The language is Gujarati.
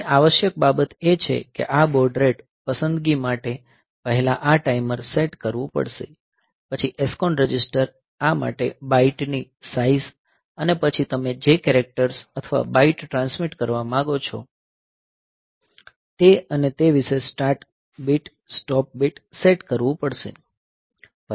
અહીં આવશ્યક બાબત એ છે કે આ બોડ રેટ પસંદગી માટે પહેલા આ ટાઈમર સેટ કરવું પડશે પછી SCON રજિસ્ટર આ માટે બાઈટ ની સાઇઝ અને પછી તમે જે કેરેક્ટર્સ અથવા બાઈટ ટ્રાન્સમિટ કરવા માંગો છો તે અને તે વિશે start bit stop bit set કરવું પડશે